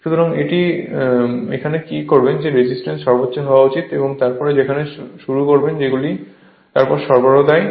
সুতরাং এ কি করবেন যে এই রেজিস্ট্যান্স সর্বোচ্চ হওয়া উচিত এবং তারপরে সেখানে শুরু করুন যেগুলি তারপর সরবরাহ দেয়